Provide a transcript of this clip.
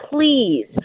please